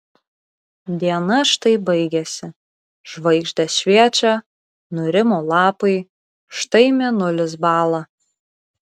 diena štai baigėsi žvaigždės šviečia nurimo lapai štai mėnulis bąla